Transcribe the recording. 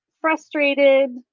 frustrated